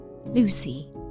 Lucy